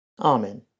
Amen